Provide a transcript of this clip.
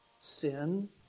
sin